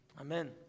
Amen